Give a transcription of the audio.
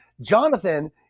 Jonathan